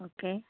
okay